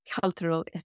cultural